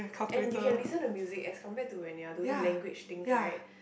and you can listen to music as compared to when you're doing language things right